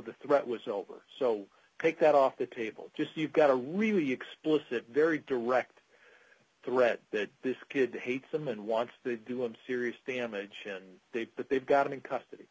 the threat was over so take that off the table just you've got a really explicit very direct threat that this kid hates them and wants to do i'm serious damage in that they've got him in custody